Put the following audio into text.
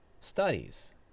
studies